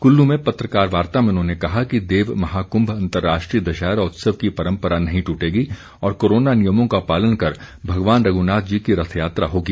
कुल्लू में पत्रकार वार्ता में उन्होंने कहा कि देव महाकुम्भ अंतर्राष्ट्रीय दशहरा उत्सव की परम्परा नहीं ट्रटेगी और कोरोना नियमों का पालन कर भगवान रघुनाथ जी की रथ यात्रा होगी